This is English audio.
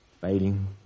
fading